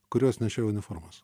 kurios nešioja uniformas